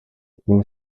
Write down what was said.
tím